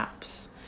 apps